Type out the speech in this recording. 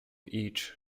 each